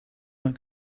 not